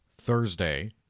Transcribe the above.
thursday